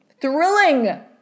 Thrilling